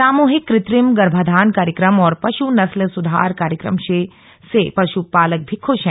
सामुहिक कृत्रिम गर्भाधान कार्यक्रम और पशु नस्ल सुधार कार्यक्रम से पशुपालक मी खूश है